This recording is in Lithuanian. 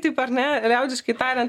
taip ar ne liaudiškai tariant